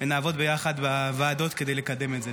ונעבוד ביחד בוועדות כדי לקדם את זה.